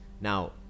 Now